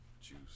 Juice